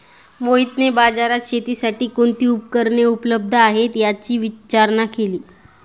मोहितने बाजारात शेतीसाठी कोणती उपकरणे उपलब्ध आहेत, याची विचारणा केली